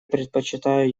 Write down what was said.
предпочитаю